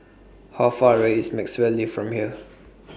How Far away IS Maxwell LINK from here